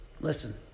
Listen